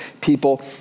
people